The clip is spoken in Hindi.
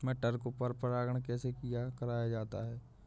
मटर को परागण कैसे कराया जाता है?